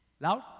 Loud